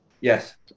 Yes